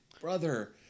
Brother